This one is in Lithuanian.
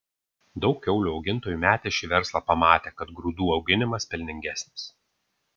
daug kiaulių augintojų metė šį verslą pamatę kad grūdų auginimas pelningesnis